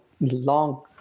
long